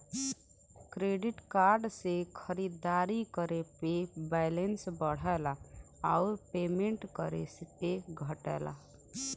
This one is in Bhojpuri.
क्रेडिट कार्ड से खरीदारी करे पे बैलेंस बढ़ला आउर पेमेंट करे पे घटला